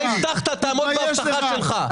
אתה הבטחת, תעמוד בהבטחה שלך.